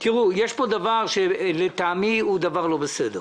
אנחנו עוברים לסעיף השלישי בסדר היום: